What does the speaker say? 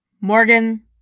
Morgan